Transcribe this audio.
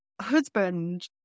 husband